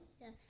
Yes